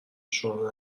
شما